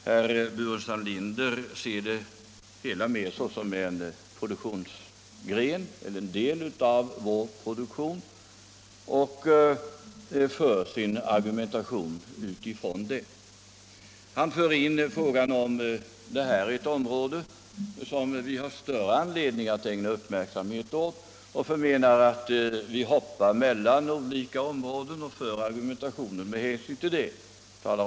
Herr Burenstam Linder ser frågan om läkemedlen mer som en del av vår produktion, och han för sin argumentation med den utgångspunkten. Han frågar om detta är ett område som vi har större anledning att ägna uppmärksamhet åt än andra. Han anser att vi hoppar mellan olika områden och för vår argumentation med hänsyn härtill.